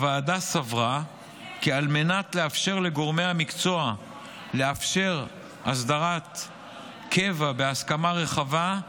הוועדה סברה כי על מנת לאפשר לגורמי המקצוע הסדרת קבע בהסכמה רחבה,